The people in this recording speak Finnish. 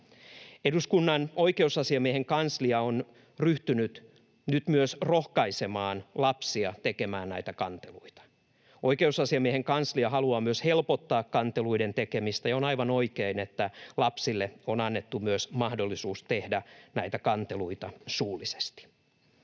Eduskunnan oikeusasiamiehen kanslia on ryhtynyt nyt myös rohkaisemaan lapsia tekemään näitä kanteluita. Oikeusasiamiehen kanslia haluaa myös helpottaa kanteluiden tekemistä, ja on aivan oikein, että lapsille on annettu myös mahdollisuus tehdä näitä kanteluita suullisesti.